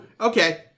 okay